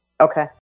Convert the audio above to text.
Okay